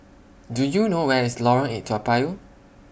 Do YOU know Where IS Lorong eight Toa Payoh